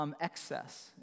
Excess